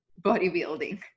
bodybuilding